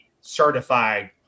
certified